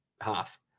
half